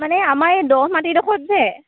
মানে আমাৰ এই দ' মাটিডোখৰত যে